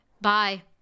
Bye